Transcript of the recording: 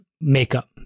makeup